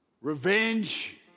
revenge